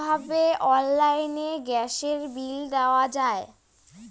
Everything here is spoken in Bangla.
কিভাবে অনলাইনে গ্যাসের বিল দেওয়া যায়?